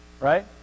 right